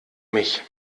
mich